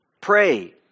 Pray